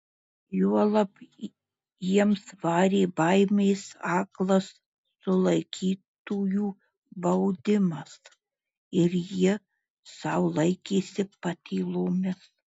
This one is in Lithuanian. juolab jiems varė baimės aklas sulaikytųjų baudimas ir jie sau laikėsi patylomis